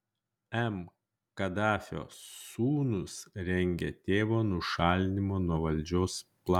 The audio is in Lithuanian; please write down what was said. m kadafio sūnūs rengia tėvo nušalinimo nuo valdžios planą